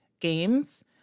games